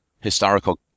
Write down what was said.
historical